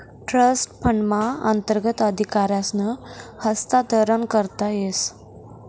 trust फंडना अंतर्गत अधिकारसनं हस्तांतरण करता येस